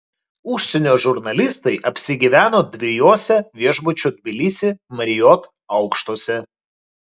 užsienio žurnalistai apsigyveno dviejuose viešbučio tbilisi marriott aukštuose